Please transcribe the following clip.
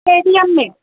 के D M में